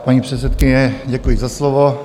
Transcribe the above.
Paní předsedkyně, děkuji za slovo.